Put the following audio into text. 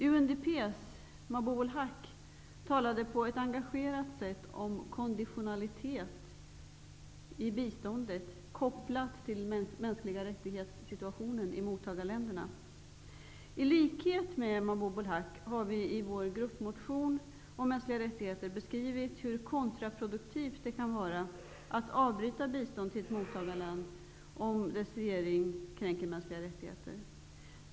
UNDP:s Mabubul Haq talade på ett engagerat sätt om konditionalitet i biståndet -- och då kopplat till I likhet med Mabubul Haq har vi i vår gruppmotion om mänskliga rättigheter beskrivit hur kontraproduktivt det kan vara att avbryta bistånd till ett mottagarland om dess regering kränker mänskliga rättigheter.